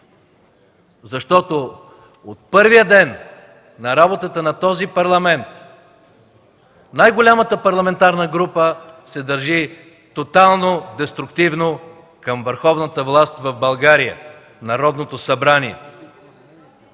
Защото от първия ден на работата на този Парламент най-голямата парламентарна група се държи тотално деструктивно към върховната власт в България – Народното събрание.